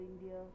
India